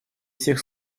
всех